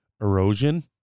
erosion